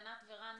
ענת ורן,